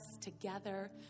together